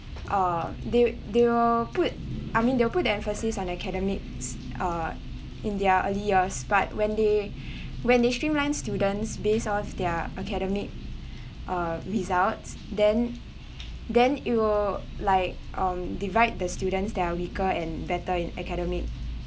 uh they they will put I mean they will put the emphasis on academics uh in their early years but when they when they streamline students based of their academic uh results then then it will like um divide the students that are weaker and better in academic